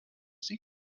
sie